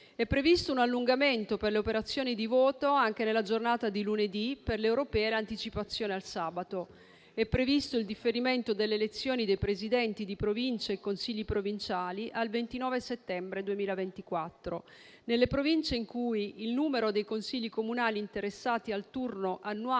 È previsto un allungamento per le operazioni di voto anche nella giornata di lunedì, per le europee l'anticipazione è al sabato; è previsto il differimento delle elezioni dei Presidenti di Provincia e dei Consigli provinciali al 29 settembre 2024 nelle Province in cui il numero dei Consigli comunali interessati al turno annuale